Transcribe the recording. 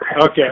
Okay